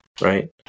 right